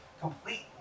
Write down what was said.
complete